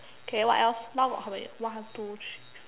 okay what else now got how many one two three